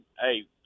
Hey